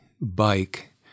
bike